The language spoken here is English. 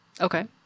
Okay